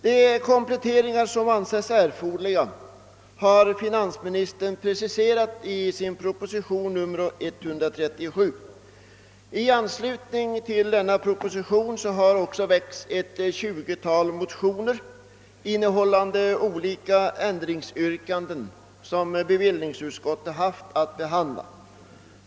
De kompletteringar som har ansetts erforderliga har finansministern preciserat i proposition nr 137. I anslutning till den propositionen har också väckts ett 20-tal motioner med olika ändringsyrkanden som <Bbevillningsutskottet haft att behandla.